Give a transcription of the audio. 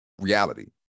reality